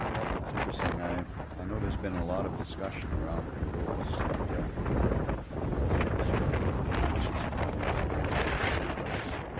that's interesting. i i know there's been a lot of discussion around the rules and i'm also concerned about the absence of having some regulations in place.